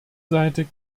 seite